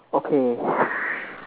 okay